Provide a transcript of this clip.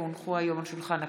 כי הונחו היום על שולחן הכנסת,